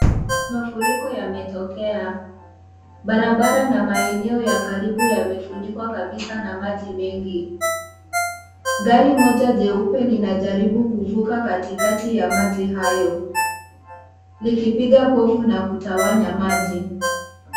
Mafuriko yametokea, barabara na maeneo ya karibu yamefunikwa kabisa na maji mengi. Gari moja jeupe linajaribu kuvuka katikati ya maji hayo. Likipiga povu na kutawanya maji.